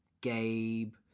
Gabe